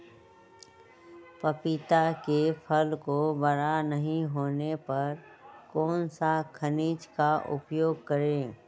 पपीता के फल को बड़ा नहीं होने पर कौन सा खनिज का उपयोग करें?